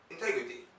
Integrity